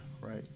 right